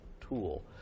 tool